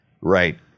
right